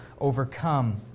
overcome